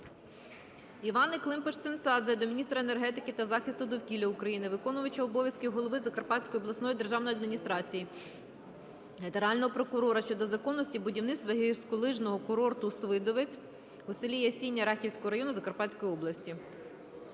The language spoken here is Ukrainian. Іванни Климпуш-цинцадзе до міністра енергетики та захисту довкілля України, виконувача обов'язків голови Закарпатської обласної державної адміністрації, Генерального прокурора щодо законності будівництва гірськолижного курорту "Свидовець" у селі Ясіня Рахівського району Закарпатської області.